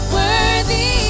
worthy